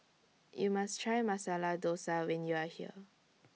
YOU must Try Masala Dosa when YOU Are here